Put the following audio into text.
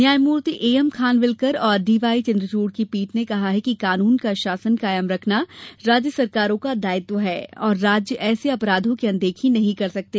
न्यायमूर्ति एएमखानविलकर और डीवाई चन्द्रचूड़ की पीठ ने कहा कि कानून का शासन कायम रखना राज्य सरकारों का दायित्व है और राज्य ऐसे अपराधों की अनदेखी नहीं कर सकते